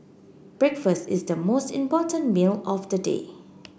breakfast is the most important meal of the day